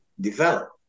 develop